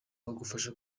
bagufasha